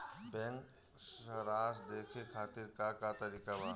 Bank सराश देखे खातिर का का तरीका बा?